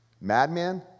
Madman